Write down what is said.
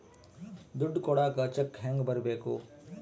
ದುಡ್ಡು ಕೊಡಾಕ ಚೆಕ್ ಹೆಂಗ ಬರೇಬೇಕು?